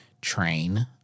train